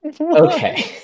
okay